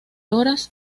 horas